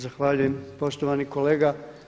Zahvaljujem poštovani kolege.